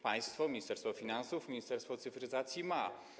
Państwo, Ministerstwo Finansów i Ministerstwo Cyfryzacji, ma.